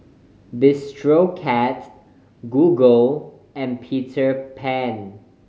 Bistro Cat Google and Peter Pan